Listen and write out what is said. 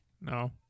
No